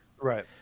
right